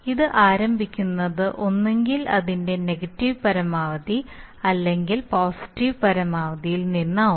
അത് ആരംഭിക്കുന്നത് ഒന്നുകിൽ അതിന്റെ നെഗറ്റീവ് പരമാവധി അല്ലെങ്കിൽ പോസിറ്റീവ് പരമാവധി നിന്നാവും